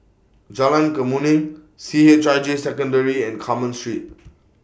Jalan Kemuning C H I J Secondary and Carmen Street